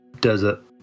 desert